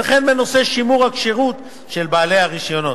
וכן בנושא שימור הכשירות של בעלי הרשיונות.